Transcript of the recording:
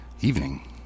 evening